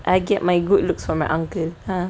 I get my good looks for my uncle